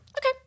Okay